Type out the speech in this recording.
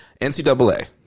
NCAA